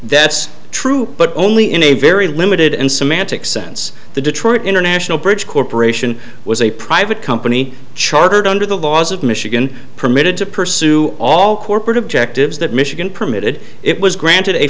that's true but only in a very limited and semantic sense the detroit international bridge corporation was a private company chartered under the laws of michigan permitted to pursue all corporate objectives that michigan permitted it was granted a